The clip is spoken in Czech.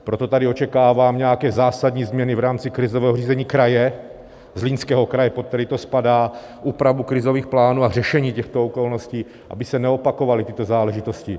Proto tady očekávám nějaké zásadní změny v rámci krizového řízení kraje, Zlínského kraje, pod který to spadá, úpravu krizových plánů a řešení těchto okolností, aby se neopakovaly tyto záležitosti.